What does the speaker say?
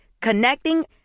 Connecting